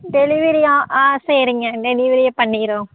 delivery ஆ ஆ சரிங்க டெலிவரியே பண்ணிக்கிறோம்